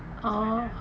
oh